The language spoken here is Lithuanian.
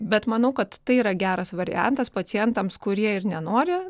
bet manau kad tai yra geras variantas pacientams kurie ir nenori